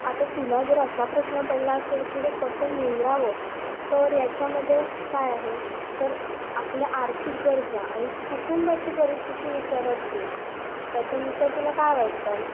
आता तुला जर असा प्रश्न पडला असेल की हे कसं निवडावं तर याच्यामध्ये काय आहे तर आपल्या आर्थिक गरजा आणि कुटुंबाची परिस्थिती विचारात घे याच्यानुसार तुला काय वाटतं